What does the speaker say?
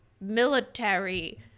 military